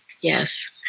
Yes